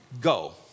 Go